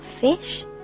fish